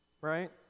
right